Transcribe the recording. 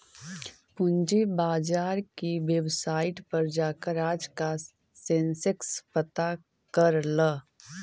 पूंजी बाजार की वेबसाईट पर जाकर आज का सेंसेक्स पता कर ल